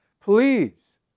please